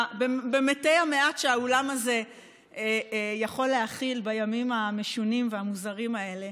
במתי המעט שהאולם הזה יכול להכיל בימים המשונים והמוזרים האלה,